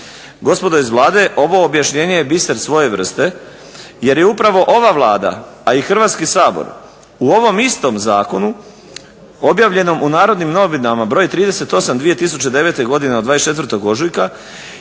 Gospodo iz Vlade, ovo objašnjenje je biser svoje vrste jer je upravo ova Vlada, a i Hrvatski sabor u ovom istom zakonu objavljenom u "Narodnim novinama" broj 38 od 24. ožujka